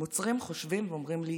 הם עוצרים, חושבים ואומרים לי: